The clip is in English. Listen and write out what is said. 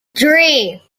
three